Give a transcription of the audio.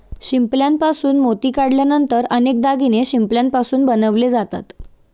शिंपल्यापासून मोती काढल्यानंतर अनेक दागिने शिंपल्यापासून बनवले जातात